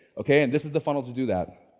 okay, and this is the funnel to do that.